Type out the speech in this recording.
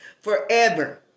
Forever